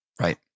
right